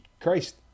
Christ